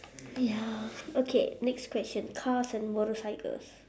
!aiya! okay next question cars and motorcycles